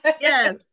Yes